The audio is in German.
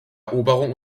eroberung